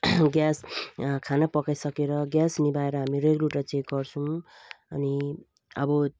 gas खाना पकाइसकेर gas निभाएर हामी रेगुलेटर चेक गर्छौँ अनि अब